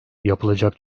yapılacak